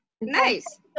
Nice